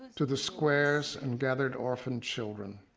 to the squares, and gathered orphan children.